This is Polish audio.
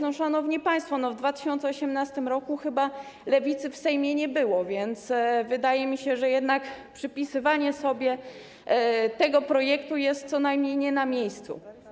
No, szanowni państwo, w 2018 r. chyba Lewicy w Sejmie nie było, więc wydaje mi się, że jednak przypisywanie sobie tego projektu jest co najmniej nie na miejscu.